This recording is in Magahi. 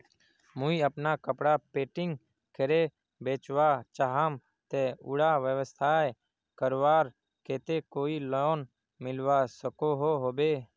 मुई अगर कपड़ा पेंटिंग करे बेचवा चाहम ते उडा व्यवसाय करवार केते कोई लोन मिलवा सकोहो होबे?